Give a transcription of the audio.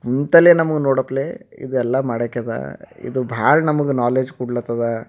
ಕುಂತಲ್ಲೇ ನಮಗೆ ನೋಡಪ್ಲೆ ಇದೆಲ್ಲ ಮಾಡಾಕ್ಯದ ಇದು ಭಾಳ ನಮಗೆ ನಾಲೆಡ್ಜ್ ಕೊಡ್ಲತ್ತದ